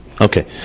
Okay